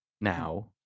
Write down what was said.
now